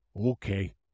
okay